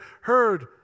heard